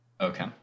Okay